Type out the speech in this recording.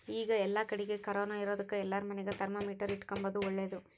ಈಗ ಏಲ್ಲಕಡಿಗೆ ಕೊರೊನ ಇರೊದಕ ಎಲ್ಲಾರ ಮನೆಗ ಥರ್ಮಾಮೀಟರ್ ಇಟ್ಟುಕೊಂಬದು ಓಳ್ಳದು